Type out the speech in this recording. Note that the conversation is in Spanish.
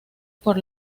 por